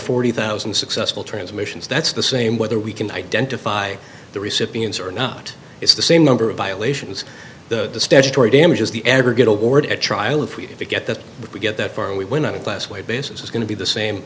forty thousand successful transmissions that's the same whether we can identify the recipients or not it's the same number of violations the statutory damages the aggregate award at trial if we if we get that we get that far and we went out of class way basis is going to be the same